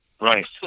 Right